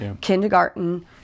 kindergarten